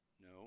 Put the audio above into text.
No